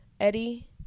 Eddie